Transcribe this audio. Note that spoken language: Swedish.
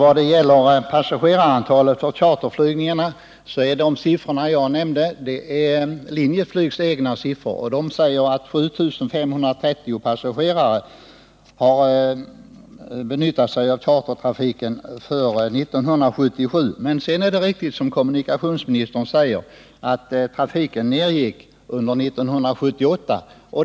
Herr talman! De siffror som jag nämnde beträffande passagerarantalet på charterflygningarna är Linjeflygs egna siffror. Enligt de uppgifterna har 7 530 passagerare använt sig av chartertrafiken på Ängelholm före 1977. Men det är riktigt att trafiken sedan, som kommunikationsministern säger, gick ned under 1978.